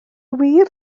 wir